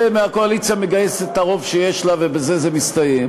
והקואליציה מגייסת את הרוב שיש לה ובזה זה מסתיים,